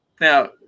Now